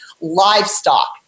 livestock